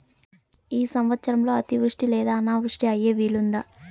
ఈ సంవత్సరంలో అతివృష్టి లేదా అనావృష్టి అయ్యే వీలుందా?